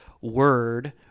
word